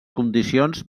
condicions